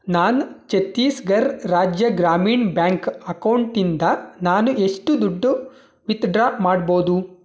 ನಾನು ಛತ್ತೀಸ್ಗರ್ ರಾಜ್ಯ ಗ್ರಾಮೀಣ್ ಬ್ಯಾಂಕ್ ಅಕೌಂಟಿಂದ ನಾನು ಎಷ್ಟು ದುಡ್ಡು ವಿತ್ಡ್ರಾ ಮಾಡ್ಬೋದು